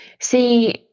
See